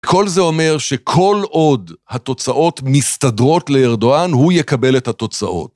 כל זה אומר שכל עוד התוצאות מסתדרות לארדואן, הוא יקבל את התוצאות.